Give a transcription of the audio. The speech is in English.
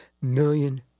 million